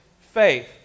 faith